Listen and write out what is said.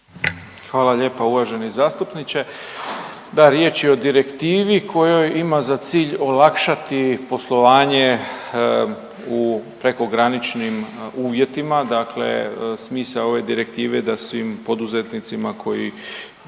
Hvala lijepa uvaženi zastupniče. Da, riječ je o direktivi kojoj ima za cilj olakšati poslovanje u prekograničnim uvjetima. Dakle, smisao ove direktive je da svim poduzetnicima koji